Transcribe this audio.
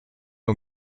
ont